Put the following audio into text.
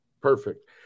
perfect